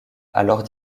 alors